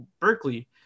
Berkeley